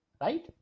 right